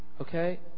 Okay